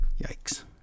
Yikes